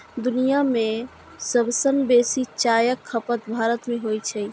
दुनिया मे सबसं बेसी चायक खपत भारत मे होइ छै